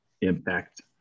Impact